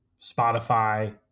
Spotify